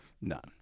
none